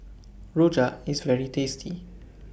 Rojak IS very tasty